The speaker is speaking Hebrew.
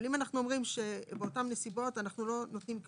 אם אומרים שבאותן נסיבות לא נותנים צו